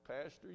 Pastor